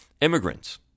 immigrants